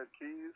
keys